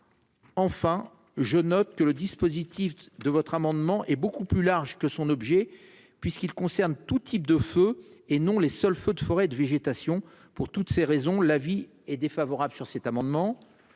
Enfin, je note que le dispositif de votre amendement est beaucoup plus large que son objet puisqu'il concerne tout type de feu et non les seuls feux de forêt et de végétation pour toutes ces raisons, l'avis est défavorable sur cet amendement